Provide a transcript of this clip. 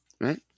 Right